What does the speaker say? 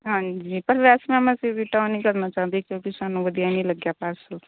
ਹਾਂਜੀ ਪਰ ਵੈਸੇ ਮੈਮ ਅਸੀਂ ਰਿਟਰਨ ਹੀ ਕਰਨਾ ਚਾਹੁੰਦੇ ਕਿਉਂਕਿ ਸਾਨੂੰ ਵਧੀਆ ਨਹੀਂ ਲੱਗਿਆ ਪਾਰਸਲ